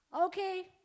Okay